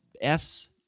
F's